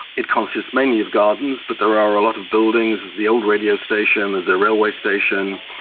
it consists mainly of gardens, but there are a lot of buildings, the old radio station, there's a railway station,